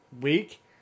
week